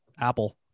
apple